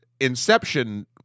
Inception –